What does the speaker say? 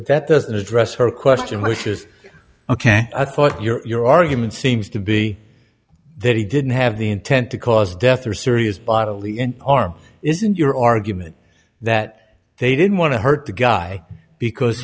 but that doesn't address her question which is ok i thought your your argument seems to be that he didn't have the intent to cause death or serious bodily injury or isn't your argument that they didn't want to hurt the guy because